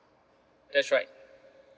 that's right